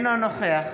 אינו נוכח